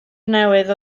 newydd